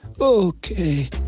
Okay